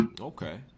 Okay